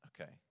Okay